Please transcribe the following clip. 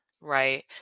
Right